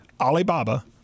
Alibaba